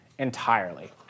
entirely